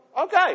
okay